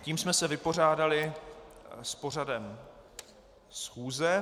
Tím jsme se vypořádali s pořadem schůze.